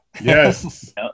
Yes